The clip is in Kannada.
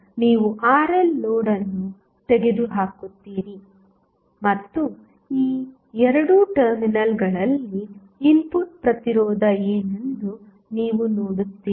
ನಂತರ ನೀವು RL ಲೋಡ್ ಅನ್ನು ತೆಗೆದುಹಾಕುತ್ತೀರಿ ಮತ್ತು ಈ 2 ಟರ್ಮಿನಲ್ಗಳಲ್ಲಿ ಇನ್ಪುಟ್ ಪ್ರತಿರೋಧ ಏನೆಂದು ನೀವು ನೋಡುತ್ತೀರಿ